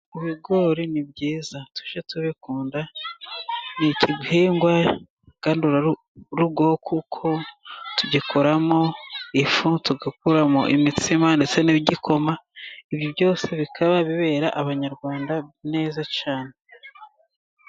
Ibigori ni byiza. Tujye tubikunda. Ni igihingwa ngandurarugo kuko tugikoramo ifu, tugakuramo imitsima ndetse n'igikoma. Ibi byose bikaba bibera Abanyarwanda neza cyane.